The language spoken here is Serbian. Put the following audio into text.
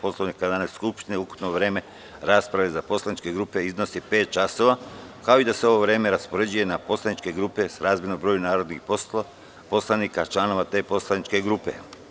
Poslovnika Narodne skupštine, ukupno vreme rasprave za poslaničke grupe iznosi pet časova, kao i da se ovo vreme raspoređuje na poslaničke grupe srazmerno broju narodnih poslanika članova te poslaničke grupe.